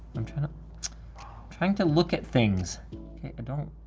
i'm trying to. i'm trying to look at things. okay, i don't.